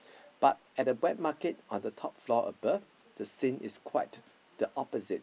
but at a wet market on the top floor above the scene is quite the opposite